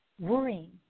worrying